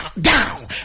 down